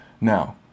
Now